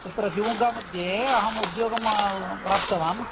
तत्र शिमोग्गा मध्ये उद्योगं प्राप्तवान्